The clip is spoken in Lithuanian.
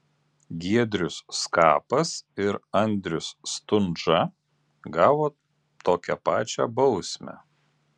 giedrius skapas ir andrius stundža gavo tokią pačią bausmę